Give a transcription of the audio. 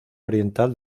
oriental